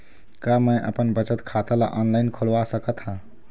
का मैं अपन बचत खाता ला ऑनलाइन खोलवा सकत ह?